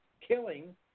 killing